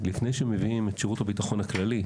לפני שמביאים את שירות הביטחון הכללי,